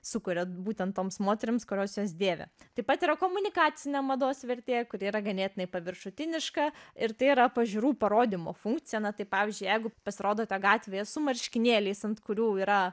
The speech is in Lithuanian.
sukuria būtent toms moterims kurios juos dėvi taip pat yra komunikacinė mados vertė kuri yra ganėtinai paviršutiniška ir tai yra pažiūrų parodymo funkcija na tai pavyzdžiui jeigu pasirodote gatvėje su marškinėliais ant kurių yra